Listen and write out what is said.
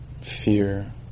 fear